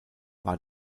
war